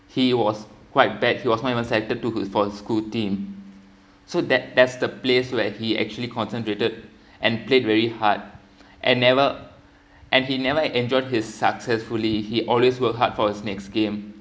he was quite bad he was not even selected to for his school team so that that's the place where he actually concentrated and played very hard and never and he never enjoyed his successfully he always worked hard for his next game